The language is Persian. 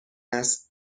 است